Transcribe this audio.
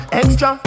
extra